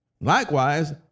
Likewise